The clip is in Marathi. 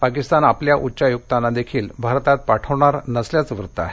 पाकिस्तान आपल्या उच्चायुक्तांनाही भारतात पाठवणार नसल्याचं वृत्त आहे